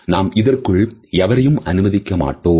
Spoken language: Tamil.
நாம் இதற்குள் எவரையும் அனுமதிக்க மாட்டோம்